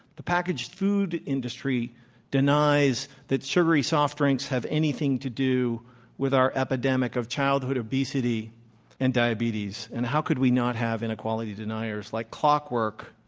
the packaged food industry denies that sugary soft drinks have anything to do with our epidemic of childhood obesity and diabetes, and how could we not have inequality deniers? like clockwork,